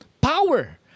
Power